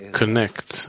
connect